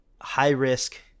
high-risk